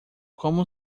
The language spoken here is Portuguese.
como